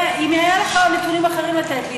אם היה לך נתונים אחרים לתת לי,